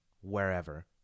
wherever